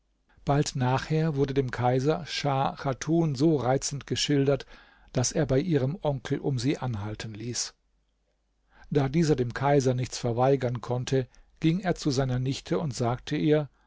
bald nachher wurde dem kaiser schah chatun so reizend geschildert daß er bei ihrem onkel um sie anhalten ließ da dieser dem kaiser nichts verweigern konnte ging er zu seiner nichte und sagte ihr